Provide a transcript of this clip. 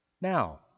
now